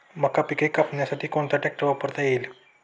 मका पिके कापण्यासाठी कोणता ट्रॅक्टर वापरता येईल?